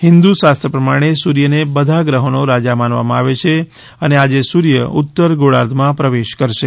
હિન્દુ શાસ્ત્ર પ્રમાણે સૂર્યને બધા ગ્રહોનો રાજા માનવામાં આવે છે અને આજે સૂર્ય ઉત્તર ગોળાર્ધમાં પ્રવેશ કરશે